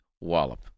wallop